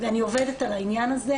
ואני עובדת על העניין הזה.